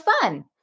fun